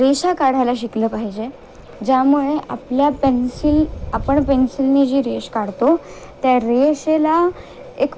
रेषा काढायला शिकलं पाहिजे ज्यामुळे आपल्या पेन्सिल आपण पेन्सिलने जी रेष काढतो त्या रेषेला एक